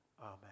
Amen